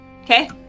Okay